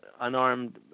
unarmed